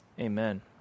amen